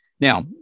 Now